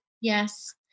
Yes